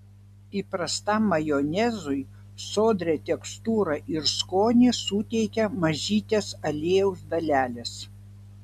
įprastam majonezui sodrią tekstūrą ir skonį suteikia mažytės aliejaus dalelės